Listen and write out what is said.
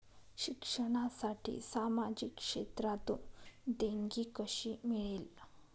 शिक्षणासाठी सामाजिक क्षेत्रातून देणगी कशी मिळेल?